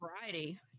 variety